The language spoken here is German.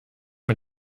mit